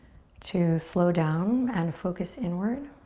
to slow down and focus inward.